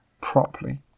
properly